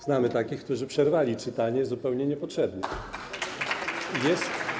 Znamy takich, którzy przerwali czytanie, zupełnie niepotrzebnie.